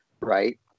right